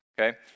okay